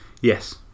Yes